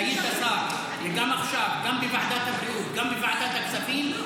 כשהיית שר וגם עכשיו בוועדת הבריאות וגם בוועדת הכספים,